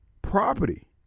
Property